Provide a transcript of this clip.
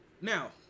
Now